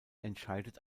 entscheidet